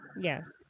Yes